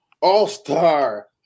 all-star